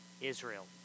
Israel